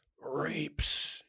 rapes